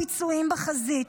את שיפור הביצועים בחזית,